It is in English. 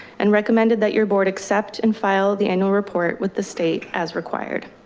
and recommended that your board accept and file the annual report with the state as required.